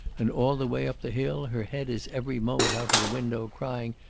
and all the way up the hill her head is every moment out of the window, crying,